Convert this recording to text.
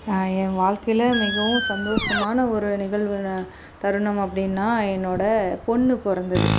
என் வாழ்க்கையில் மிகவும் சந்தோஷமான ஒரு நிகழ்வுனா தருணம் அப்படின்னா என்னோட பொண்ணு பிறந்தது